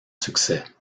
succès